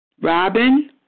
Robin